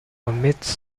omits